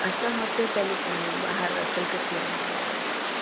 असां हुते पहिरीं ॿाहिरि रतलकद ते रहंदा हुआसीं